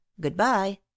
good-bye